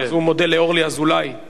אז הוא מודה לאורלי אזולאי-כץ.